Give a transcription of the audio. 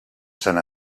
sant